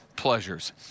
pleasures